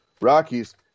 Rockies